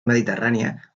mediterrània